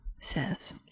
says